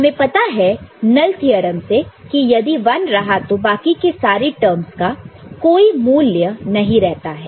हमें पता है नल थ्योरम से कि यदि 1 रहा तो बाकी के सारे टर्मस का कोई मूल्य नहीं रहता है